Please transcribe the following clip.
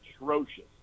atrocious